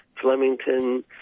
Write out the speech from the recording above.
Flemington